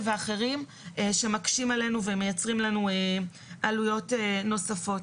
ואחרים שמקשים עלינו ומייצרים לנו עלויות נוספות.